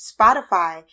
Spotify